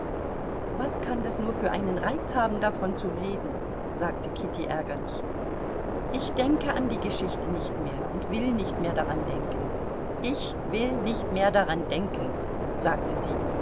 was kann das nur für einen reiz haben davon zu reden sagte kitty ärgerlich ich denke an die geschichte nicht mehr und will nicht mehr daran denken ich will nicht mehr daran denken sagte sie